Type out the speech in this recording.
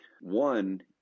one